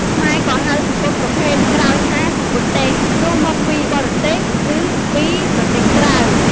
ខ្មែរក៏ហៅសំពត់ប្រភេទក្រោយថា «សំពត់ទេស» (ព្រោះមកពីបរទេសឬពីប្រទេសក្រៅ)។